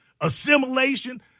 assimilation